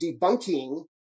debunking